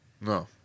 No